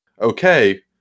okay